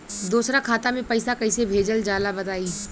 दोसरा खाता में पईसा कइसे भेजल जाला बताई?